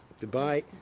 Goodbye